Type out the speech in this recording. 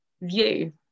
view